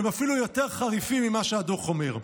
הם אפילו יותר חריפים ממה שהדוח אומר.